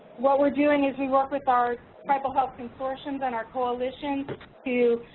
what we're doing is we work with our tribal health consortiums and our coalitions to